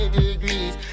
degrees